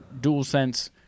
DualSense